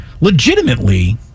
legitimately